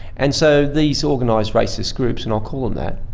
and so these organised racist groups, and i'll call them that,